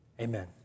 Amen